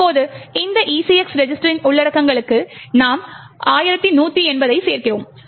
இப்போது இந்த ECX ரெஜிஸ்டரின் உள்ளடக்கங்களுக்கு நாம் 1180 ஐ சேர்க்கிறோம்